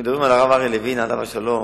גבוהים הם עובדה מוגמרת.